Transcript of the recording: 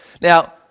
Now